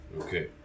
Okay